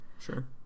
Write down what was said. sure